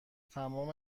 تمام